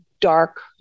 dark